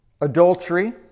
adultery